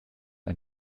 ein